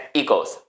equals